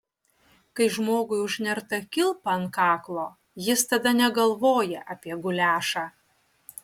kai žmogui užnerta kilpa ant kaklo jis tada negalvoja apie guliašą